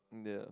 yeah